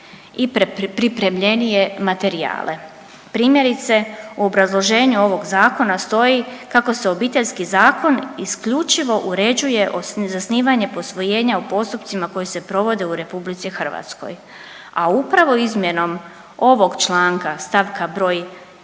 i pripremljenije materijale. Primjerice u obrazloženju ovog zakona stoji kako se Obiteljski zakon isključivo uređuje zasnivanje posvojenja u postupcima koji se provode u RH, a upravo izmjenom ovog članka stavka broj